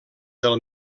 del